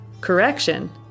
Correction